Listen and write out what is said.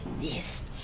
Yes